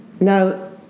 now